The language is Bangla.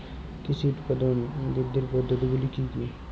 কৃষির উৎপাদন বৃদ্ধির পদ্ধতিগুলি কী কী?